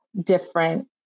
different